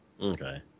Okay